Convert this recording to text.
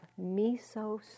miso